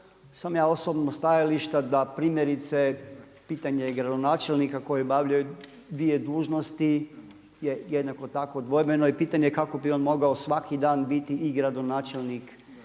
sam ja osobno stajališta da primjerice pitanje i gradonačelnika koji obavljaju dvije dužnosti je jednako tako dvojbeno i pitanje kako bi on mogao svaki dan biti i gradonačelnik